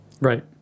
right